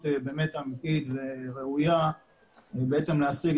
בנושא השארת עצורים כבולים ברגליהם גם בעת הדיון בבית